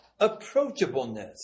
approachableness